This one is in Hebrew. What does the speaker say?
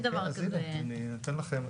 הינה, אני נותן לכם.